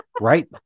Right